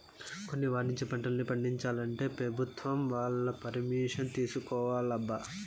కొన్ని వాణిజ్య పంటల్ని పండించాలంటే పెభుత్వం వాళ్ళ పరిమిషన్ తీసుకోవాలబ్బా